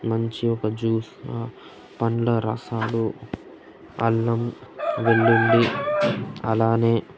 మంచి ఒక జ్యూస్ పండ్ల రసాలు అల్లం వెల్లుల్లి అలానే